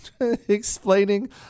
explaining